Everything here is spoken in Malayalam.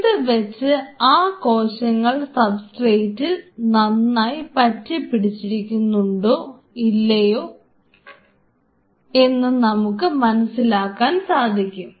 ഇത് വെച്ച് ആ കോശങ്ങൾ സബ്സ്ട്രേറ്റിൽ നന്നായി പറ്റിപ്പിടിച്ചിരിക്കുന്നുണ്ടോ ഇല്ലയോ എന്ന് നമുക്ക് മനസ്സിലാക്കാൻ സാധിക്കും